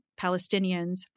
Palestinians